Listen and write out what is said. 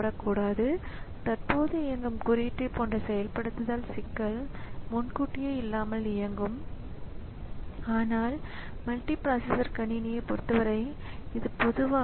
கணினி மீண்டும் துவங்கும் போது அல்லது கணினி ரீபூட் செய்யப்படும்போது அல்லது ஸ்விட்ச் ஆன் செய்யப்படும்போது அது இந்த ஆப்பரேட்டிங் ஸிஸ்டத்தை இங்கிருந்து நகலெடுத்து ரேமில் வைக்கும்